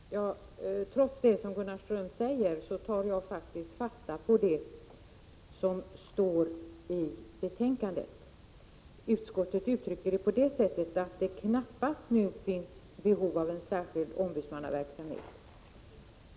Herr talman! Trots det som Gunnar Ström säger tar jag fasta på det som står i betänkandet. Utskottet uttrycker sin uppfattning på det sättet att det knappast finns behov av en särskild ombudsmannaverksamhet.